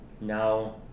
Now